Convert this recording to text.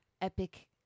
epic